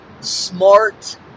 smart